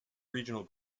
regional